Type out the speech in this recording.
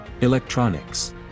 Electronics